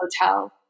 Hotel